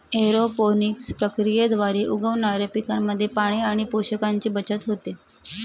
aeroponics प्रक्रियेद्वारे उगवणाऱ्या पिकांमध्ये पाणी आणि पोषकांची बचत होते